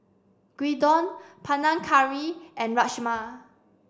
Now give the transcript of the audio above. Gyudon Panang Curry and Rajma